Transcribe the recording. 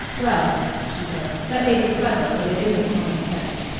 well, she said, that may be clever but it isn't common sense.